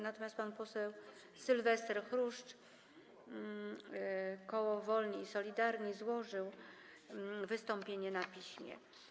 Natomiast pan poseł Sylwester Chruszcz, koło Wolni i Solidarni, złożył wystąpienie na piśmie.